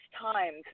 times